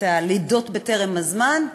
הלידות בטרם הזמן,